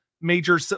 major